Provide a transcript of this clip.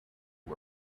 who